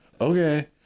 Okay